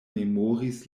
memoris